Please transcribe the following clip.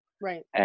Right